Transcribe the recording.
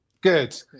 Good